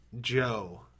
Joe